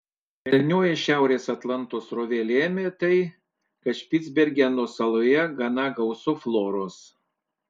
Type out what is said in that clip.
švelnioji šiaurės atlanto srovė lėmė tai kad špicbergeno saloje gana gausu floros